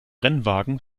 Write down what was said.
rennwagen